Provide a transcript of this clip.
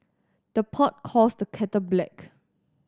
the pot calls the kettle black